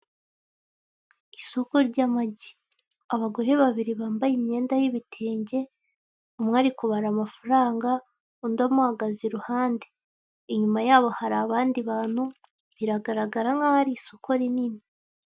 Isoko ry'amagi. Abagore babiri bambaye imyenda y'ibitenge, umwe ari kubara amafaranga, undi amuhagaze i ruhande. Inyuma yabo hari abandi bantu, biragaragara nk'aho ari isoko rinini.